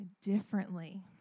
differently